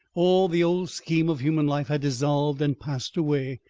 all the old scheme of human life had dissolved and passed away,